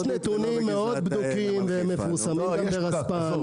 יש נתונים בדוקים מאוד ומפורסמים ברספ"ן.